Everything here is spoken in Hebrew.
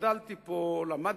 גדלתי פה, למדתי,